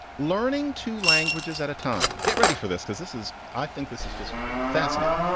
learning two languages at a time. get ready for this, because this is i think this is just fascinating.